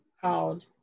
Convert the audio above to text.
called